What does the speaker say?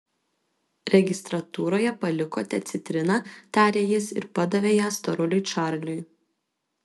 registratūroje palikote citriną tarė jis ir padavė ją storuliui čarliui